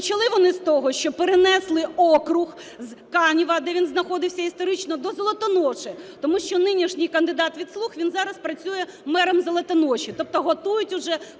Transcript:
Почали вони з того, що перенесли округ з Канева, де він знаходився історично, до Золотоноші. Тому що нинішній кандидат від "слуг", він зараз працює мером Золотоноші, тобто готують уже